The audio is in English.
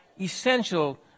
essential